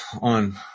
on